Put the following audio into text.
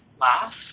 laugh